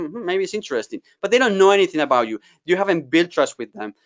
maybe it's interesting. but they don't know anything about you. you haven't built trust with them.